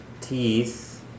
teeth